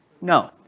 No